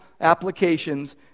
applications